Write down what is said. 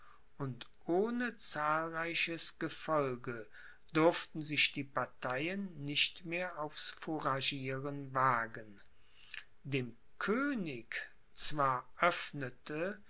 und ohne zahlreiches gefolge durften sich die parteien nicht mehr aufs fouragieren wagen dem könig zwar öffnete